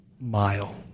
mile